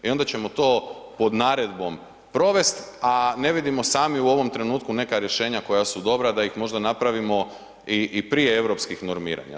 I ona ćemo to pod naredbom provesti, a ne vidimo sami u ovom trenutku neka rješenja koja su dobra, da ih možda napravimo i prije europskih normiranja.